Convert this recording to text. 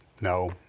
No